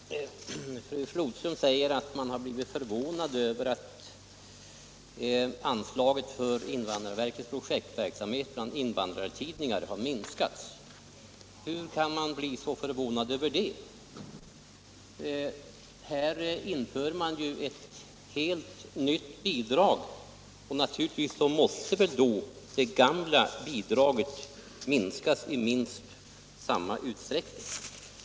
Herr talman! Fru Flodström säger att man blivit förvånad över att anslaget för invandrarverkets projektverksamhet bland invandrartidningar har minskat. Hur kan man bli så förvånad över det? Här införs ett helt nytt bidrag, och naturligtvis måste då det gamla bidraget minskas i samma utsträckning.